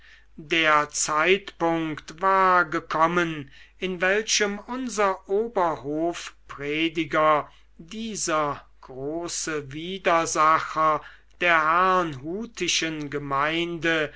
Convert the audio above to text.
der zeitpunkt war gekommen in welchem unser oberhofprediger dieser große widersacher der herrnhutischen gemeinde